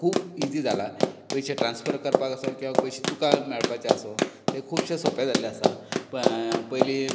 खूब इजी जाला पयशें ट्रन्सफर करपाक आसूं किंवा पयशें तुकां मेळपाचे आसूं तें खुबशें सोंपें जाल्लें आसा पयली